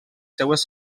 seves